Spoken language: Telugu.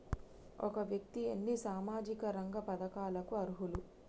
ఒక వ్యక్తి ఎన్ని సామాజిక రంగ పథకాలకు అర్హులు?